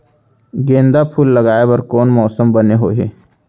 गेंदा फूल लगाए बर कोन मौसम बने होही?